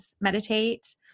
meditate